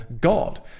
god